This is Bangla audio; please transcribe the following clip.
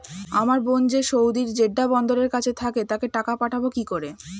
আমার বোন যে সৌদির জেড্ডা বন্দরের কাছে থাকে তাকে টাকা পাঠাবো কি করে?